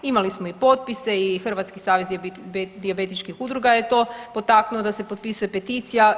Imali smo i potpise i Hrvatski savez dijabetičkih udruga je to potaknuo da se potpisuje peticija.